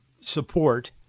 support